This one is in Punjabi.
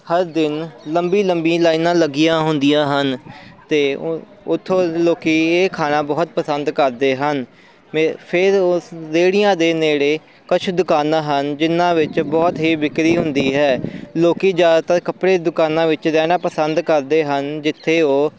ਹਰ ਦਿਨ ਲੰਬੀ ਲੰਬੀ ਲਾਈਨਾਂ ਲੱਗੀਆਂ ਹੁੰਦੀਆਂ ਹਨ ਅਤੇ ਉੱਥੋਂ ਲੋਕ ਇਹ ਖਾਣਾ ਬਹੁਤ ਪਸੰਦ ਕਰਦੇ ਹਨ ਫੇਰ ਉਸ ਰੇਹੜੀਆਂ ਦੇ ਨੇੜੇ ਕੁਛ ਦੁਕਾਨਾਂ ਹਨ ਜਿਨ੍ਹਾਂ ਵਿੱਚ ਬਹੁਤ ਹੀ ਵਿਕਰੀ ਹੁੰਦੀ ਹੈ ਲੋਕ ਜ਼ਿਆਦਾਤਰ ਕੱਪੜੇ ਦੁਕਾਨਾਂ ਵਿੱਚ ਰਹਿਣਾ ਪਸੰਦ ਕਰਦੇ ਹਨ ਜਿੱਥੇ ਉਹ